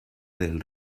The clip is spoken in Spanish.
del